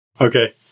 Okay